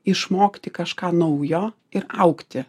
išmokti kažką naujo ir augti